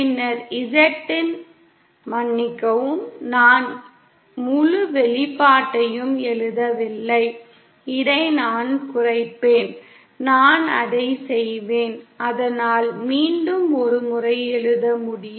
பின்னர் Z இன் மன்னிக்கவும் நான் முழு வெளிப்பாட்டையும் எழுதவில்லை இதை நான் குறைப்பேன் நான் அதை செய்வேன் அதனால் மீண்டும் ஒரு முறை எழுத முடியும்